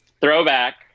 Throwback